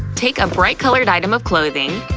take a bright-colored item of clothing.